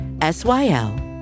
S-Y-L